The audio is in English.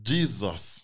Jesus